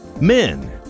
Men